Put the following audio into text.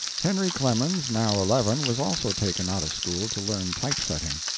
henry clemens, now eleven, was also taken out of school to learn type-setting.